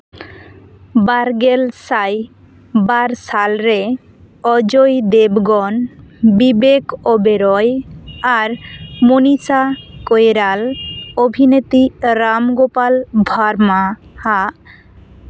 ᱵᱟᱨᱜᱮᱞ ᱥᱟᱭ ᱵᱟᱨ ᱥᱟᱞ ᱨᱮ ᱚᱡᱚᱭ ᱫᱮᱵᱜᱚᱱ ᱵᱤᱵᱮᱠ ᱚᱵᱮᱨᱚᱭ ᱟᱨ ᱢᱩᱱᱤᱥᱟ ᱠᱳᱭᱨᱟᱞ ᱚᱵᱷᱤᱱᱮᱛᱤ ᱨᱟᱢᱜᱳᱯᱟᱞ ᱵᱷᱟᱨᱢᱟᱣᱟᱜ